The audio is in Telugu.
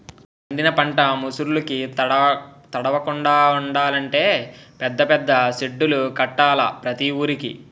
పండిన పంట ముసుర్లుకి తడవకుండలంటే పెద్ద పెద్ద సెడ్డులు కట్టాల ప్రతి వూరికి